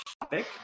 topic